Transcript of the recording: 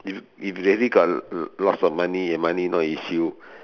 if if really got l~ lots of money and money not an issue